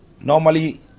Normally